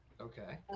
Okay